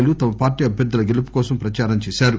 లు తమ పార్టీ అభ్వర్థుల గెలుపుకోసం ప్రచారం చేశారు